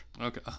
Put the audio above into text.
Okay